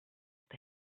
with